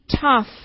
tough